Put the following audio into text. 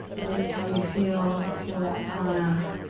notice how you feel. feel that prana,